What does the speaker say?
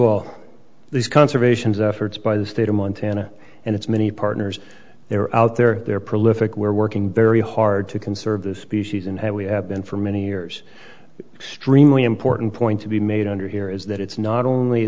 all these conservations efforts by the state of montana and its many partners they're out there they're prolific we're working very hard to conserve the species and we have been for many years extremely important point to be made under here is that it's not only